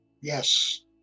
Yes